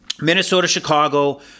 Minnesota-Chicago